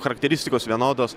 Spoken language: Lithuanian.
charakteristikos vienodos